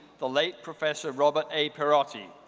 the late professor robert a. pierotti,